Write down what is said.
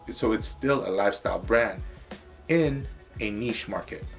so it's still a lifestyle brand in a niche market.